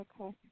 Okay